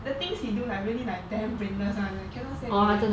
the things he do like really like damn brainless [one] leh cannot stand it